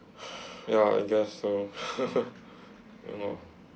ya I guess so you know